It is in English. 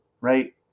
right